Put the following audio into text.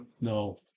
No